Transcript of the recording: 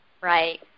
Right